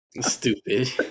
Stupid